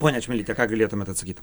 ponia čmilyte ką galėtumėt atsakyt